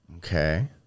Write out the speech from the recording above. Okay